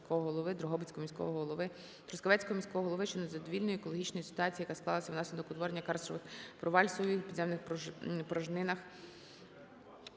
Дрогобицького міського голови, Трускавецького міського голови щодо незадовільної екологічної ситуації, яка склалася внаслідок утворення карстових проваль, зсувів у підземних порожнинах